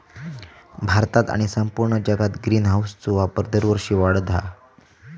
भारतात आणि संपूर्ण जगात ग्रीनहाऊसचो वापर दरवर्षी वाढता हा